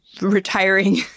retiring